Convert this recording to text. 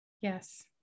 yes